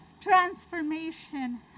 Transformation